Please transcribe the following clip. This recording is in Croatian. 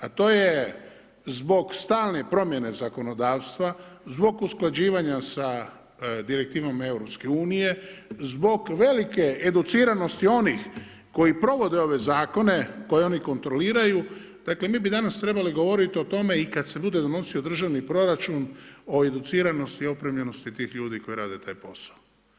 A to je zbog stalne promjene zakonodavstva, zbog usklađivanja sa direktivom EU, zbog velike educiranosti onih koji provode ove zakone, koji oni kontroliraju, dakle mi bi danas trebali govorit o tome i kad se bude donosio državni proračun o educiranosti i opremljenosti tih ljudi koji rade taj posao.